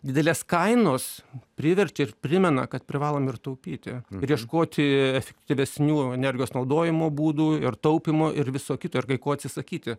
didelės kainos privertė ir primena kad privalom ir taupyti bei ieškoti efektyvesnių energijos naudojimo būdų ir taupymo ir viso kito ir kai ko atsisakyti